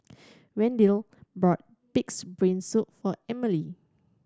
Wendel bought Pig's Brain Soup for Emely